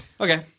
Okay